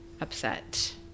upset